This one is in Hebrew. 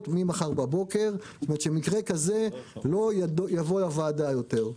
ממחר בבוקר כדי שמקרה כזה לא יבוא יותר לוועדה.